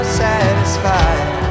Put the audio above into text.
satisfied